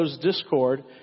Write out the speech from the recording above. discord